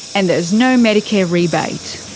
and there's no medicare rebate.